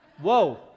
Whoa